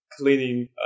Cleaning